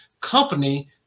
company